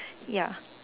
ya